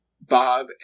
Bob